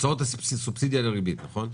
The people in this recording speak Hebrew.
הוצאות סובסידיה לריבית, נכון?